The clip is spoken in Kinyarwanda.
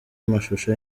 amashusho